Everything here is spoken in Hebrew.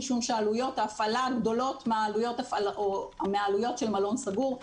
משום שעלויות ההפעלה גדולות מהעלויות של מלון סגור.